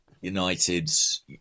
United's